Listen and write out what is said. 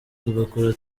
tugakora